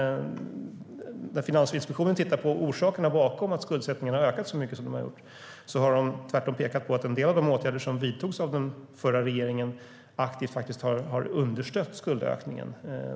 När Finansinspektionen tittat på orsakerna till att skuldsättningen ökat så mycket som den gjort har de tvärtom pekat på att en del av de åtgärder som vidtogs av den förra regeringen aktivt har understött skuldökningen.